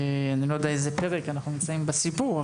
אני לא יודע איזה פרק אנחנו נמצאים בסיפור,